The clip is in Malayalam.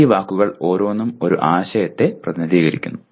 ഈ വാക്കുകൾ ഓരോന്നും ഒരു ആശയത്തെ പ്രതിനിധീകരിക്കുന്നു